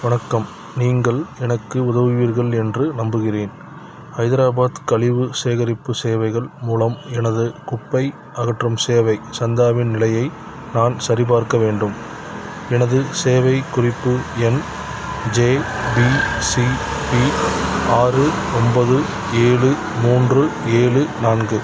வணக்கம் நீங்கள் எனக்கு உதவுவீர்கள் என்று நம்புகிறேன் ஹைதராபாத் கழிவு சேகரிப்பு சேவைகள் மூலம் எனது குப்பை அகற்றும் சேவை சந்தாவின் நிலையை நான் சரிபார்க்க வேண்டும் எனது சேவை குறிப்பு எண் ஜேபிசிபி ஆறு ஒன்பது ஏழு மூன்று ஏழு நான்கு